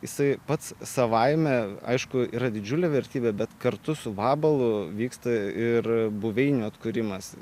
jisai pats savaime aišku yra didžiulė vertybė bet kartu su vabalu vyksta ir buveinių atkūrimas